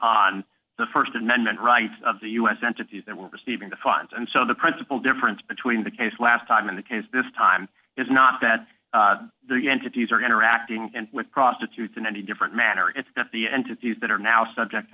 on the st amendment rights of the u s entities that were receiving the funds and so the principal difference between the case last time in the case this time is not that the entities are interacting with prostitutes in any different manner it's that the entities that are now subject to